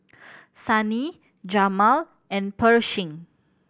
Sunny Jamal and Pershing